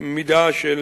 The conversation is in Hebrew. מידה של